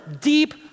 deep